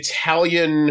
Italian